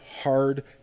hard